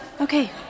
Okay